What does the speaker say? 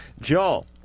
Joel